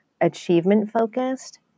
achievement-focused